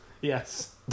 Yes